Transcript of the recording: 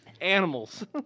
Animals